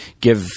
give